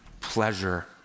pleasure